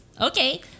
okay